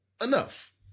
enough